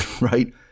right